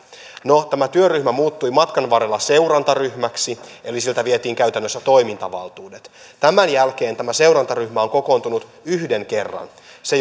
no tämä työryhmä muuttui matkan varrella seurantaryhmäksi eli siltä vietiin käytännössä toimintavaltuudet tämän jälkeen tämä seurantaryhmä on kokoontunut yhden kerran se